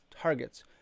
targets